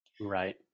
Right